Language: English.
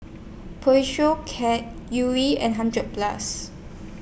Cat Yuri and hundred Plus